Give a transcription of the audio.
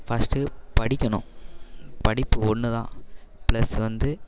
first படிக்கணும் படிப்பு ஒன்றுதான் பிளஸ் வந்து